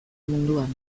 munduan